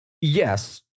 yes